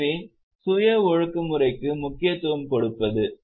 எனவே சுய ஒழுங்குமுறைக்கு முக்கியத்துவம் கொடுப்பது